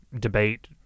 debate